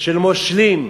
של מושלים?